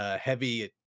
heavy